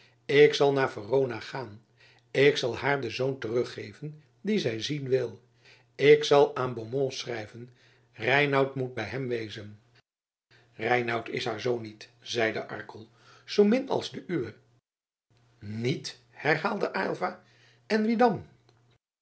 ik zal naar verona gaan ik zal haar den zoon teruggeven dien zij zien wil ik zal aan beaumont schrijven reinout moet bij hem wezen reinout is haar zoon niet zeide arkel zoomin als de uwe niet herhaalde aylva en wie dan